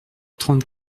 trente